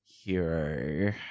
hero